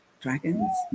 dragons